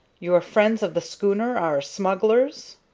your friends of the schooner are smugglers.